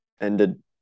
ended